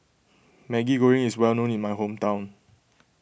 Maggi Goreng is well known in my hometown